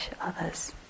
others